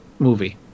movie